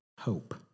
hope